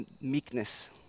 meekness